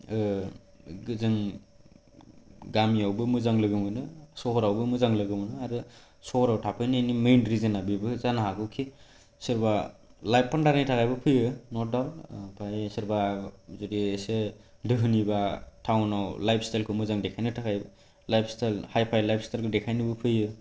जों गामिआवबो मोजां लोगो सहरावबो मोजां लोगो मोनो आरो सहराव थाफैनायनि मेन रिजना बेबो जानो हागौखि सोरबा लाइफ पार्टनारनि थाखायबो फैयो नट आल ओमफ्राय सोरबा एसे दोहोनिबा टाउनआव लाइफ स्टाइलखौ मोजां देखायनो थाखाय लाइफ स्टाइल हाइ फाइ लाइफस्टाइलखौ देखायनोबो फैयो